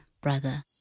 brother